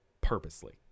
purposely